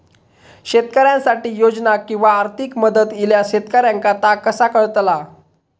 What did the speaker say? शेतकऱ्यांसाठी योजना किंवा आर्थिक मदत इल्यास शेतकऱ्यांका ता कसा कळतला?